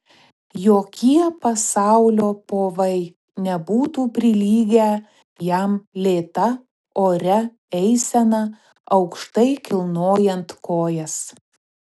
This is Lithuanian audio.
jokie pasaulio povai nebūtų prilygę jam lėta oria eisena aukštai kilnojant kojas